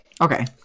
Okay